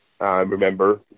remember